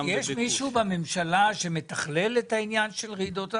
יש מישהו בממשלה שמתכלל את העניין של רעידות אדמה,